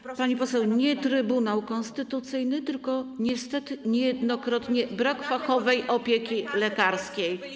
Pani poseł, nie Trybunał Konstytucyjny, tylko niestety niejednokrotnie brak fachowej opieki lekarskiej.